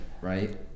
right